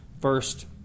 first